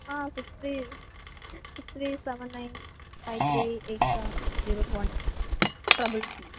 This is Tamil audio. ah six three six three seven nine five three eight seven zero one double two